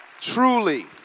Truly